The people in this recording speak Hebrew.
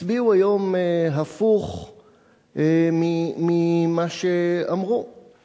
הצביעו היום הפוך ממה שהצהירו אך לפני ימים או שעות.